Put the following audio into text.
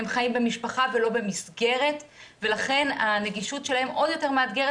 הם חיים במשפחה ולא במסגרת ולכן הנגישות שלהם עוד יותר מאתגרת